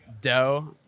dough